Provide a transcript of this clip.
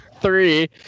three